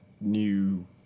new